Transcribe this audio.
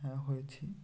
হ্যাঁ হয়েছি